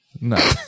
No